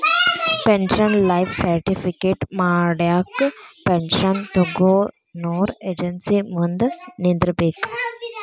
pension life certificate ಪಡ್ಯಾಕ pension ತೊಗೊನೊರ agency ಮುಂದ ನಿಂದ್ರಬೇಕ್